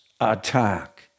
attack